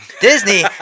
Disney